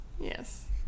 Yes